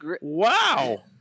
Wow